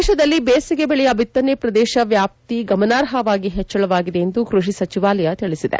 ದೇಶದಲ್ಲಿ ಬೇಸಿಗೆ ಬೆಳೆಯ ಬಿತ್ತನೆ ಪ್ರದೇಶ ವ್ಯಾಪ್ತಿ ಗಮನಾರ್ಪವಾಗಿ ಹೆಚ್ಚಳವಾಗಿದೆ ಎಂದು ಕೃಷಿ ಸಚಿವಾಲಯ ತಿಳಿಸಿದೆ